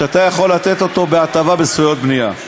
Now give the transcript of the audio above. כשאתה יכול לתת אותו כהטבה בזכויות בנייה.